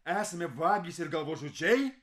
esame vagys ir galvažudžiai